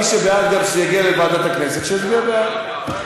מי שבעד שזה יגיע גם לוועדת הכנסת, שיצביע בעד.